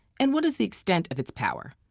and what is the extent of its power?